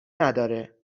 نداره